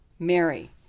Mary